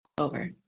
Over